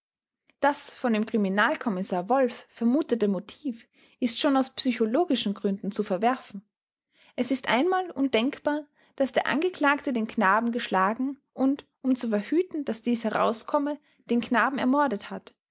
das von dem kriminalkommissar wolff vermutete motiv ist schon aus psychologischen gründen zu verwerfen es ist einmal undenkbar daß der angeklagte den knaben geschlagen und um zu verhüten daß dies herauskomme den knaben ermordet hat